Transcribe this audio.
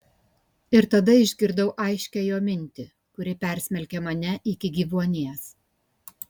ir tada išgirdau aiškią jo mintį kuri persmelkė mane iki gyvuonies